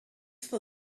for